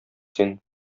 син